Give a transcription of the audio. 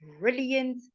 brilliant